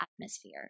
atmosphere